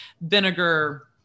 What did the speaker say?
vinegar